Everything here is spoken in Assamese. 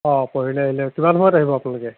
অঁ পৰহিলৈ আহিলে কিমান সময়ত আহিব আপোনালোকে